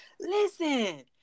Listen